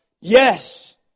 yes